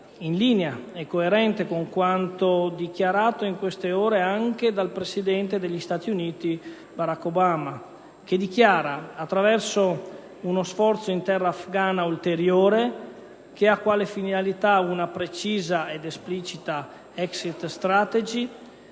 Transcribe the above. risulta coerente con quanto dichiarato in queste ore anche dal presidente degli Stati Uniti Barack Obama, ossia che, attraverso un ulteriore sforzo in terra afgana, che ha quale finalità una precisa ed esplicita *exit strategy*,